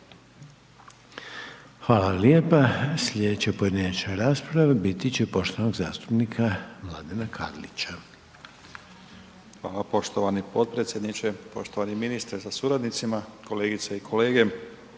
Hvala lijepa. Slijedeća pojedinačna rasprava biti će poštovanog zastupnika Mladen Karlića. **Karlić, Mladen (HDZ)** Hvala poštovani potpredsjedniče, poštovani ministre sa suradnicima, kolegice i kolege.